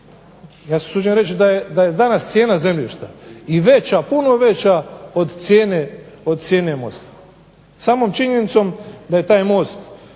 se usuđujem reći da je danas cijena zemljišta i veća, puno veća od cijene mosta. Samom činjenicom da je taj most